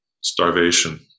starvation